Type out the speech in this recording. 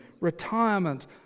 retirement